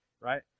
right